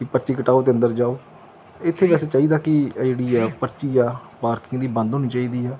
ਕਿ ਪਰਚੀ ਕਟਾਓ ਅਤੇ ਅੰਦਰ ਜਾਓ ਇੱਥੇ ਵੈਸੇ ਚਾਹੀਦਾ ਕਿ ਇਹ ਜਿਹੜੀ ਆ ਪਰਚੀ ਆ ਪਾਰਕਿੰਗ ਦੀ ਬੰਦ ਹੋਣੀ ਚਾਹੀਦੀ ਆ